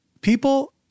people